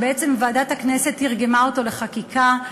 וועדת הכנסת תרגמה אותו לחקיקה.